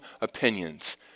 opinions